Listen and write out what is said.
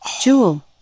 Jewel